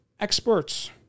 experts